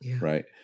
right